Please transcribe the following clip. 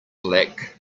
lack